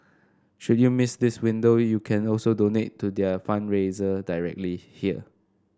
should you miss this window you can also donate to their fundraiser directly here